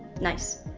nice.